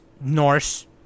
Norse